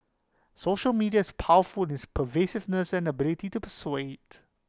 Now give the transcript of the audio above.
social media is powerful its pervasiveness and ability to persuade